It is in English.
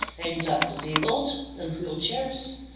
end up disabled in wheelchairs.